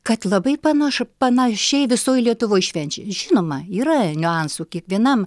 kad labai panašu panašiai visoj lietuvoj švenčia žinoma yra niuansų kiekvienam